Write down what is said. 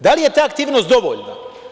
Da li je ta aktivnost dovoljna?